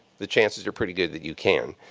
the chances are pretty good that you can.